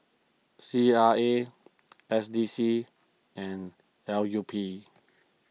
C R A S D C and L U P